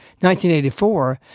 1984